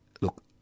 Look